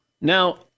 Now